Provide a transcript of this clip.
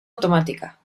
automática